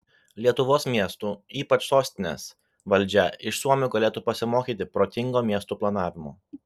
lietuvos miestų ypač sostinės valdžia iš suomių galėtų pasimokyti protingo miestų planavimo